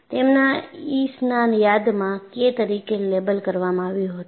તેમના કીઈસના યાદમાં K તરીકે લેબલ આપવામાં આવ્યું હતું